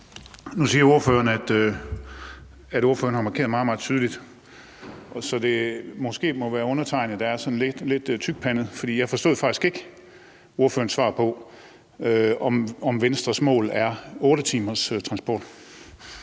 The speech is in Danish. Nu siger ordføreren, at ordføreren har markeret det meget, meget tydeligt, så det er måske undertegnede, der er sådan lidt tykpandet, for jeg forstod faktisk ikke ordførerens svar på, om Venstres mål er 8 timers transport.